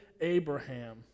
Abraham